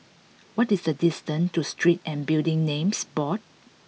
what is the distance to Street and Building Names Board